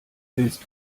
willst